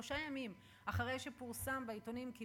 זה שלושה ימים לאחר שפורסם בעיתונים כי